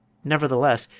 nevertheless,